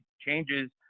changes